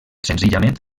senzillament